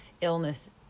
illness